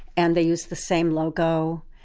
and they use the same logo.